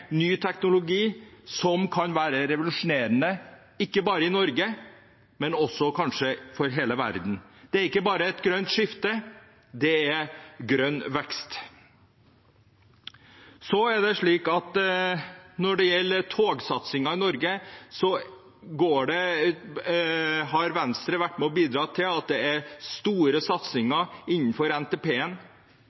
ny teknologi, som kan være revolusjonerende, ikke bare i Norge, men kanskje i hele verden. Det er ikke bare et grønt skifte; det er grønn vekst. Når det så gjelder togsatsingen i Norge, har Venstre vært med og bidratt til at det er store satsinger innenfor